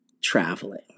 traveling